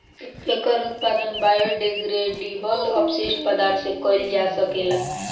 एकर उत्पादन बायोडिग्रेडेबल अपशिष्ट पदार्थ से कईल जा सकेला